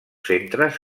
centres